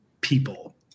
people